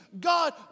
God